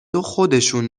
خودشون